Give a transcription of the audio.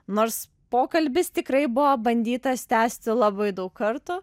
nors pokalbis tikrai buvo bandytas tęsti labai daug kartų